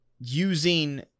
using